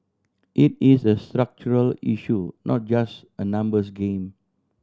it is a structural issue not just a numbers game